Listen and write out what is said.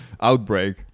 outbreak